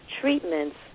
treatments